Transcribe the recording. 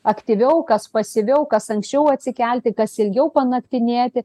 aktyviau kas pasyviau kas anksčiau atsikelti kas ilgiau panaktinėti